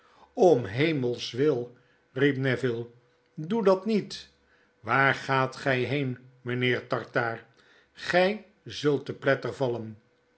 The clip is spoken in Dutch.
hemels wil riep neville doe dat niet waar gaat gfl heen mjjnheer tartaar gij zult te plotter vallen